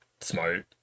smart